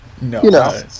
No